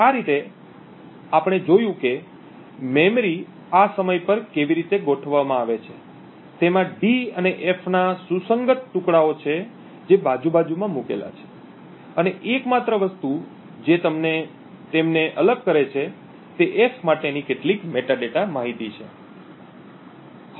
તો આ રીતે આપણે આપણે જોયું કે મેમરી આ સમય પર કેવી રીતે ગોઠવવામાં આવે છે તેમાં d અને f ના સુસંગત ટુકડાઓ છે જે બાજુ બાજુમાં મુકેલા છે અને એકમાત્ર વસ્તુ જે તેમને અલગ કરે છે તે f માટેની કેટલીક મેટાડેટા માહિતી છે